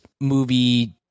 movie